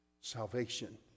Salvation